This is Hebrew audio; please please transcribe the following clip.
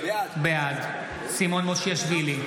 בעד סימון מושיאשוילי,